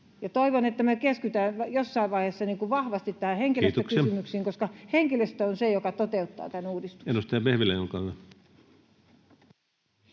Toivon, että me keskitytään jossain vaiheessa vahvasti henkilöstökysymyksiin, koska henkilöstö on se, joka toteuttaa tämän uudistuksen.